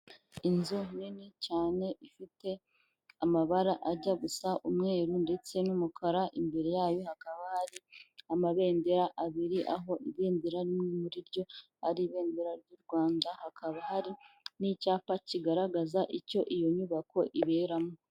Inzu nini cyane ifite amabara ajya gusa umweru ndetse n'umukara, imbere yayo hakaba hari amabendera abiri, aho ibendera rimwe muri ryo ari ibendera ry'u Rwanda, hakaba hari n'icyapa kigaragaza icyo iyo nyubako iberamo.